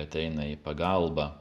ateina į pagalbą